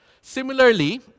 Similarly